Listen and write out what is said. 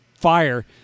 fire